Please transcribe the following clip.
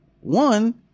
One